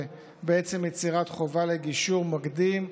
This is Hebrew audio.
ובעצם יצירת חובה לגישור מקדים,